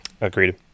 Agreed